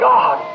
God